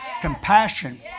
compassion